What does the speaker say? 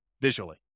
visually